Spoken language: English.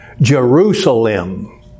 Jerusalem